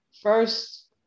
first